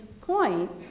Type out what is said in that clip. point